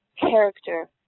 character